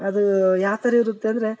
ಅದು ಯಾವ್ಥರ ಇರುತ್ತೆ ಅಂದರೆ